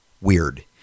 weird